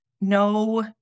no